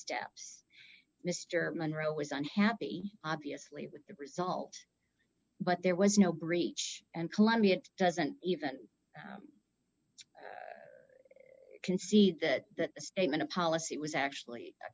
steps mr monroe was unhappy obviously with the result but there was no breach and columbia doesn't even concede that a statement of policy was actually a